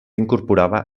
incorporava